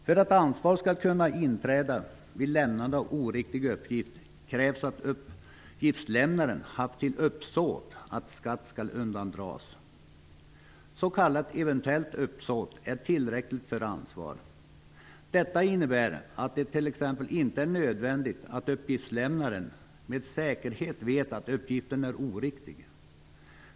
För att ansvar skall kunna inträda vid lämnande av oriktig uppgift krävs att uppgiftslämnaren haft till uppsåt att skatt skall undandras. S.k. eventuellt uppsåt är tillräckligt för ansvar. Detta innebär att det t.ex. inte är nödvändigt att uppgiftslämnaren med säkerhet vet att uppgiften är oriktig.